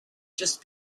just